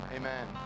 Amen